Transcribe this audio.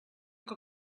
que